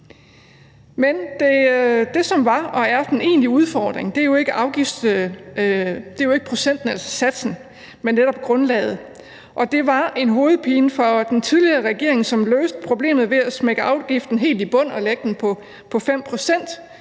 Men det, som var og er den egentlige udfordring, er jo ikke procenten på satsen, men netop grundlaget. Og det var en hovedpine for den tidligere regering, som løste problemet ved at smække afgiften helt i bund og lægge den på 5